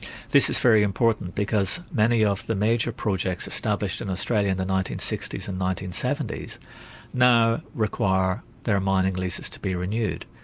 this is very important because many of the major projects established in australia in the nineteen sixty s and nineteen seventy s now require their mining leases to be renewed.